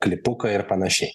klipuką ir panašiai